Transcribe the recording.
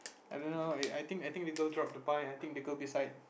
I don't know eh I think I think people drop the pie I think the girl beside